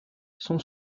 sont